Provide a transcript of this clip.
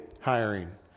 hiring